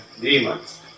demons